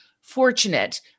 fortunate